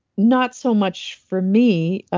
not so much for me,